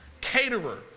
Caterer